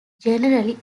generally